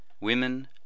women